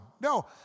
No